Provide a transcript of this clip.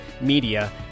media